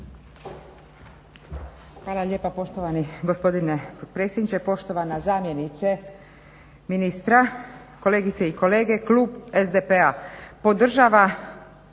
Hvala lijepa poštovani gospodine potpredsjedniče. Poštovana zamjenice ministra, kolegice i kolege. Klub SDP-a podržava